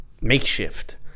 makeshift